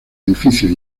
edificios